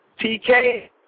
TK